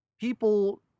people